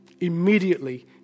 Immediately